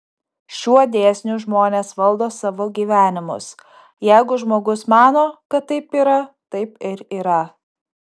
šiuo dėsniu žmonės valdo savo gyvenimus jeigu žmogus mano kad taip yra taip ir yra